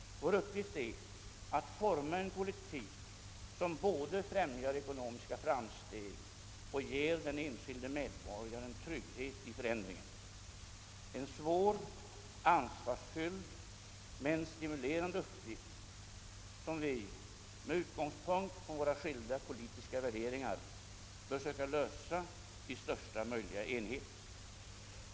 Vår uppgift är att forma en politik som både främjar ekonomiska framsteg och ger den enskilde medborgaren trygghet i förändringen — en svår, ansvarsfylld men stimulerande uppgift, som vi med utgångspunkt från våra skilda politiska värderingar bör söka lösa i största möjliga enighet.